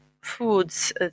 foods